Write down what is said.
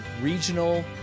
Regional